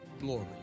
glory